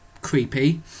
creepy